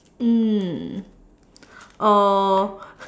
mm uh